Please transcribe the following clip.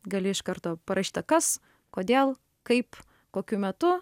gali iš karto parašyta kas kodėl kaip kokiu metu